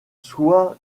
soit